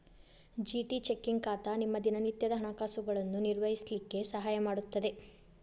GT checking ಖಾತಾ ನಿಮ್ಮ ದಿನನಿತ್ಯದ ಹಣಕಾಸುಗಳನ್ನು ನಿರ್ವಹಿಸ್ಲಿಕ್ಕೆ ಸಹಾಯ ಮಾಡುತ್ತದೆ